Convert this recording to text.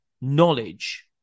knowledge